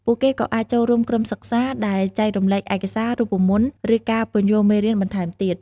ពួកគេក៏អាចចូលរួមក្រុមសិក្សា ដែលចែករំលែកឯកសារ រូបមន្ត ឬការពន្យល់មេរៀនបន្ថែមទៀត។